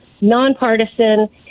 nonpartisan